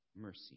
mercy